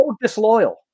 disloyal